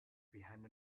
behind